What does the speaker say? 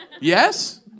Yes